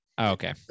Okay